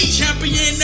champion